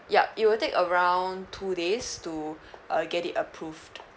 yup it will take around two days to uh get it approved